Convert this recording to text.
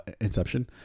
Inception